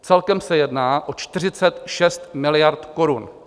Celkem se jedná o 46 miliard korun.